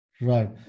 Right